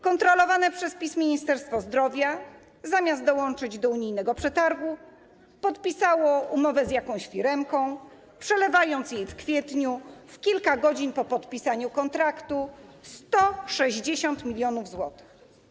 Kontrolowane przez PiS Ministerstwo Zdrowia, zamiast dołączyć do unijnego przetargu, podpisało umowę z jakąś firemką, przelewając jej w kwietniu w klika godzin po podpisaniu kontraktu 160 mln zł.